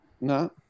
no